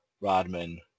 Rodman